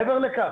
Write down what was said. מעבר לכך,